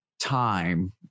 time